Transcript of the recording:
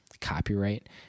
copyright